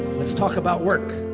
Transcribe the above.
let's talk about work.